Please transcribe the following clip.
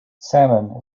salmon